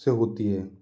से होती है